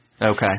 Okay